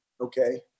okay